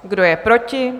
Kdo je proti?